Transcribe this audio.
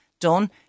done